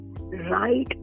right